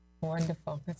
Wonderful